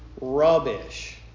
rubbish